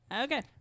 Okay